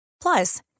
Plus